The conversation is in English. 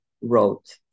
wrote